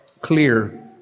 clear